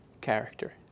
character